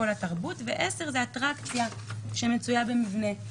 התרבות ו-(10) הוא אטרקציה שמצויה במבנה.